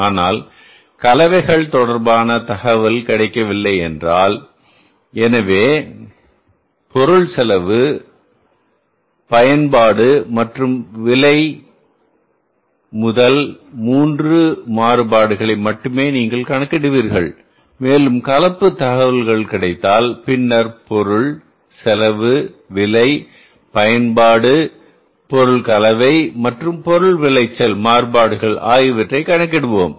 ஆனால் கலவைகள் தொடர்பான தகவல் கிடைக்கவில்லை என்றால் எனவே பொருள் செலவு பயன்பாடு மற்றும் விலைமுதல் மூன்று மாறுபாடுகளை மட்டுமே நீங்கள் கணக்கிடுவீர்கள் மேலும் கலப்பு தகவல்களும் கிடைத்தால் பின்னர் பொருள் செலவு விலை பயன்பாடு பொருள் கலவை மற்றும் பொருள் விளைச்சல் மாறுபாடுகள் ஆகியவற்றைக் கணக்கிடுவோம்